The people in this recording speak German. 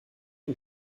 und